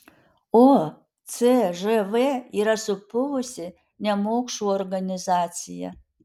o cžv yra supuvusi nemokšų organizacija